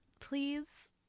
Please